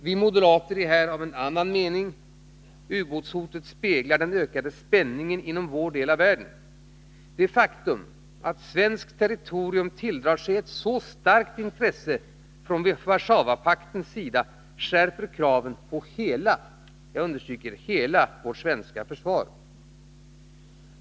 Vi moderater är här av en annan mening. Ubåtshotet speglar den ökade spänningen inom vår del av världen. Det faktum att svenskt territorium tilldrar sig ett så starkt intresse från Warszawapaktens sida skärper kraven på hela vårt försvar.